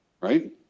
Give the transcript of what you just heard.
Right